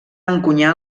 encunyar